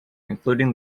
including